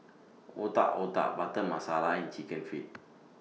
Otak Otak Butter Masala and Chicken Feet